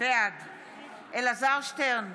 בעד אלעזר שטרן,